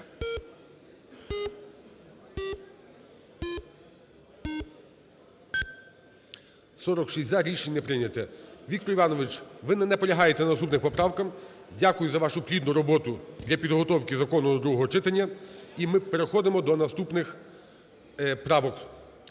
За-46 Рішення не прийнято. Вікторе Івановичу, ви не наполягаєте на наступних поправках. Дякую за вашу плідну роботу для підготовки закону до другого читанні. І ми переходимо до наступних правок.